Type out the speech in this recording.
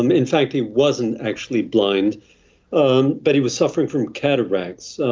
um in fact he wasn't actually blind um but he was suffering from cataracts.